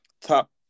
top